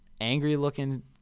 angry-looking